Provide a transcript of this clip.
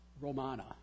Romana